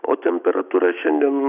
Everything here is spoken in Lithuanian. o temperatūra šiandien